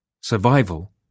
Survival